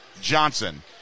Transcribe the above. Johnson